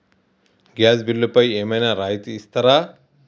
Gas బిల్లుపై ఏమైనా రాయితీ ఇస్తారా?